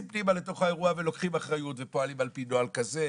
פנימה לתוך האירוע ולוקחים אחריות ופועלים על פי נוהל כזה,